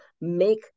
make